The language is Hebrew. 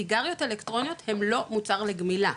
סיגריות אלקטרוניות הוא לא מוצר לגמילה,